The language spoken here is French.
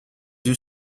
yeux